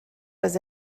was